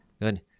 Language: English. Good